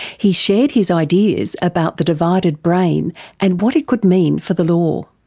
he shared his ideas about the divided brain and what it could mean for the law.